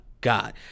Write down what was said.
God